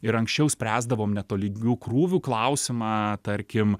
ir anksčiau spręsdavom netolygių krūvių klausimą tarkim